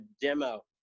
demo